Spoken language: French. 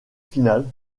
finales